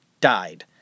died